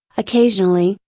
occasionally,